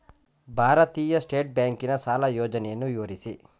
ಭಾರತೀಯ ಸ್ಟೇಟ್ ಬ್ಯಾಂಕಿನ ಸಾಲ ಯೋಜನೆಯನ್ನು ವಿವರಿಸಿ?